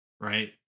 right